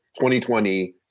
2020